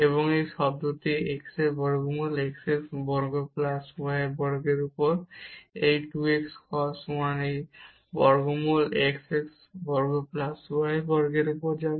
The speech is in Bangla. এবং এই শব্দটি x বর্গমূল x বর্গ প্লাস y বর্গের উপর এই 2 x cos 1 একটি বর্গমূল x বর্গ প্লাস y বর্গের উপর হয়ে যাবে